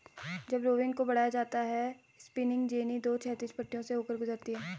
जब रोविंग को बढ़ाया जाता है स्पिनिंग जेनी दो क्षैतिज पट्टियों से होकर गुजरती है